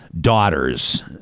daughters